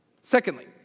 Secondly